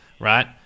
Right